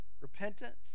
Repentance